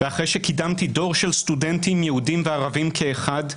ואחרי שקידמתי דור של סטודנטים יהודים וערבים כאחד,